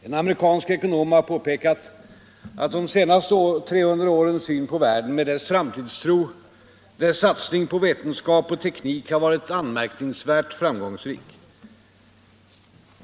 En amerikansk ekonom har påpekat att de senaste 300 årens syn på världen, med dess framtidstro, dess satsning på vetenskap och teknik, har varit anmärkningsvärt framgångsrik.